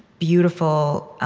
beautiful,